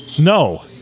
No